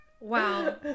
Wow